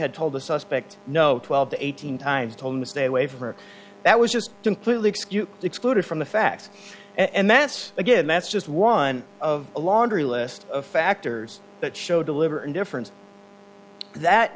had told the suspect no twelve to eighteen times told him to stay away from that was just completely excuse excluded from the facts and that's again that's just one of a laundry list of factors that show deliver indifference that